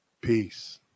Peace